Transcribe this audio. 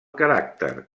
caràcter